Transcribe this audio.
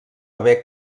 haver